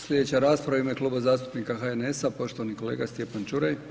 Sljedeća rasprava u ime Kluba zastupnika HNS-a poštovani kolega Stjepan Čuraj.